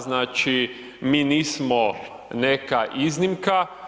Znači mi nismo neka iznimka.